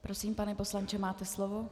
Prosím, pane poslanče, máte slovo.